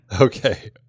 Okay